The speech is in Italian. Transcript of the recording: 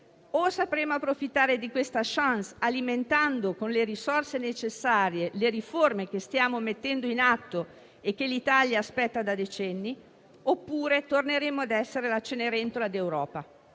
o sapremo approfittare di questa *chance* alimentando con le risorse necessarie le riforme che stiamo mettendo in atto e che l'Italia aspetta da decenni, oppure torneremo a essere la cenerentola d'Europa.